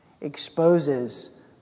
exposes